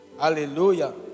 hallelujah